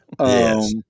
Yes